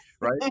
right